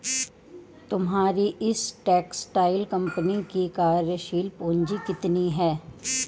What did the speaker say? तुम्हारी इस textile company की कार्यशील पूंजी कितनी है?